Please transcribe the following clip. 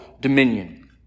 dominion